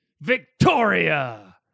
Victoria